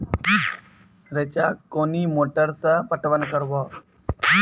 रेचा कोनी मोटर सऽ पटवन करव?